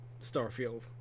Starfield